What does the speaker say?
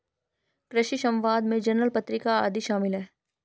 कृषि समवाद में जर्नल पत्रिका आदि शामिल हैं